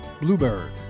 Bluebird